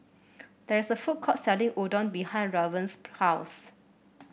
there's a food court selling Udon behind Raven's house